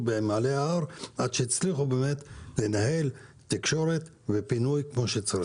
במעלה ההר עד שהצליחו לנהל תקשורת ופינו את מי שצריך.